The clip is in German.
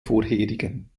vorherigen